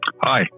Hi